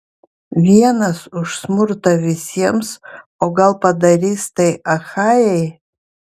vienas už smurtą visiems o gal padarys tai achajai